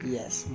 Yes